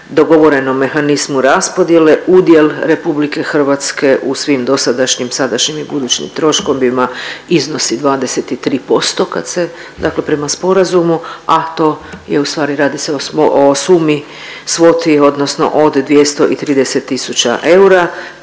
dogovorenom mehanizmu raspodjele, udjel RH u svim dosadašnjim, sadašnjim i budućim troškovima iznosi 23% kad se tako prema sporazumu, a to je u stvari radi se o sumi, svoti odnosno od 230 tisuća